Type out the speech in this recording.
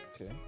Okay